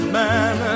man